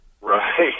Right